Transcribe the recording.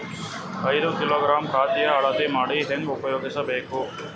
ಐದು ಕಿಲೋಗ್ರಾಂ ಖಾದ್ಯ ಅಳತಿ ಮಾಡಿ ಹೇಂಗ ಉಪಯೋಗ ಮಾಡಬೇಕು?